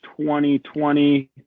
2020